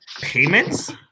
payments